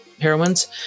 heroines